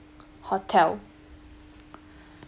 hotel